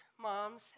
moms